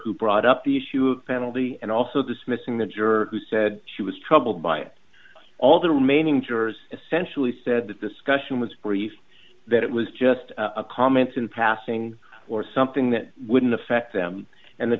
who brought up the issue of penalty and also dismissing the juror who said she was troubled by it all the remaining jurors essentially said the discussion was for us that it was just a comment in passing or something that wouldn't affect them and the